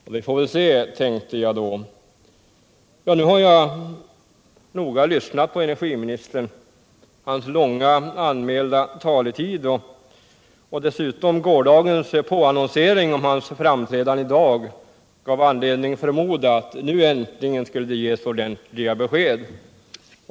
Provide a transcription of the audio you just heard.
Vi får väl se, tänkte jag då. Nu har jag noga lyssnat på energiministern. Hans anmälda långa talartid och gårdagens påannonsering om hans framträdande i dag gav anledning förmoda att nu äntligen skulle det ges ordentliga besked.